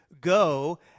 go